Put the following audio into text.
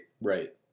Right